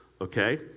Okay